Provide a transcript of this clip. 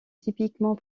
typiquement